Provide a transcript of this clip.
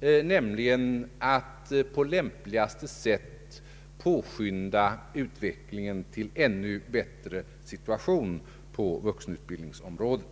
för oss alla, nämligen att på lämpligaste sätt påskynda utvecklingen till en ännu bättre situation på vuxenutbildningens område.